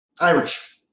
Irish